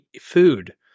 food